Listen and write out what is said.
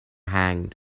hanged